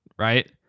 Right